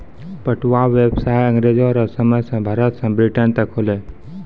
पटुआ व्यसाय अँग्रेजो रो समय से भारत से ब्रिटेन तक होलै